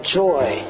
joy